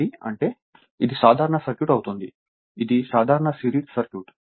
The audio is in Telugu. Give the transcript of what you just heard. కాబట్టి అంటే ఇది సాధారణ సర్క్యూట్ అవుతుంది ఇది సాధారణ సిరీస్ సర్క్యూట్